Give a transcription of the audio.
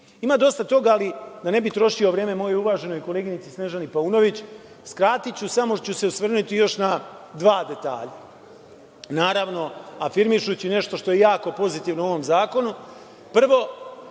još dosta toga, ali, da ne bih trošio vreme mojoj uvaženoj koleginici Snežani Paunović, skratiću i samo ću se još osvrnuti na dva detalja, naravno, afirmišući nešto što je jako pozitivno u ovom zakonu.